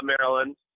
Maryland